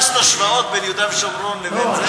אתה מנסה לעשות השוואות בין יהודה ושומרון לבין זה?